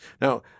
Now